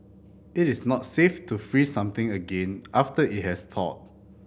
it is not safe to freeze something again after it has thawed